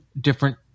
different